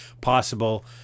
possible